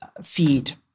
feed